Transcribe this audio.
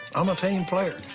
i'm a team player.